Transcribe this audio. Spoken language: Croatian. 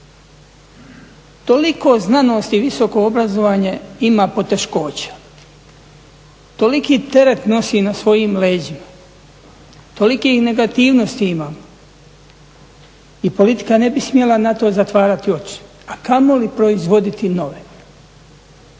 Toliko znanost i visoko obrazovanje ima poteškoća, toliki teret nosi na svojim leđima, tolikih negativnosti ima i politika ne bi smjela na to zatvarati oči, a kamoli proizvoditi nove.